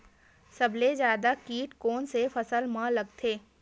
सबले जल्दी कीट कोन से फसल मा लगथे?